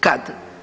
Kad?